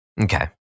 Okay